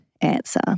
answer